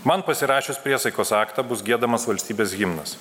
man pasirašius priesaikos aktą bus giedamas valstybės himnas